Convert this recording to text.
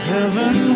Heaven